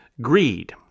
greed